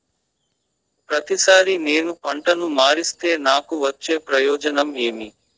ప్రతిసారి నేను పంటను మారిస్తే నాకు వచ్చే ప్రయోజనం ఏమి?